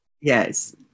Yes